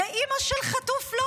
ואימא של חטוף לא.